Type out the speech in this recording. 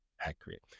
accurate